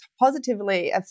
positively